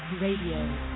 Radio